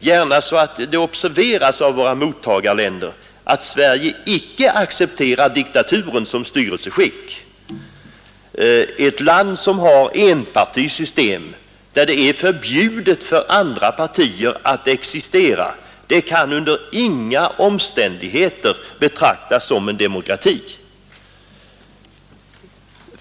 gärna så att det observeras av våra mottagarländer, att Sverige icke accepterar diktaturen som styrelseskick. Ett land som har enpartisystem, där det är förbjudet för andra partier att existera, kan under inga omständigheter betraktas som en demokrati.